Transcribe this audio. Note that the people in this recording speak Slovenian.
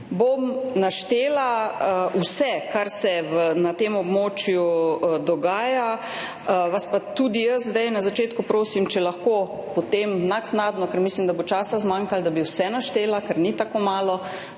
Naštela bom vse, kar se na tem območju dogaja, vas pa tudi jaz zdaj na začetku prosim, če lahko potem naknadno, ker mislim, da bo zmanjkalo časa, da bi vse naštela, ker ni tako malo,